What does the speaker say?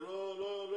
זה לא הגיוני.